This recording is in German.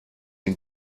den